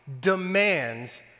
demands